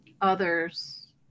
others